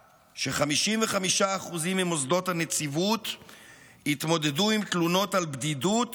ש-55% ממוסדות הנציבות התמודדו עם תלונות על בדידות